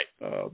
right